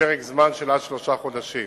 לפרק זמן שעד שלושה חודשים.